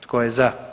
Tko je za?